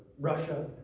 Russia